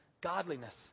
godliness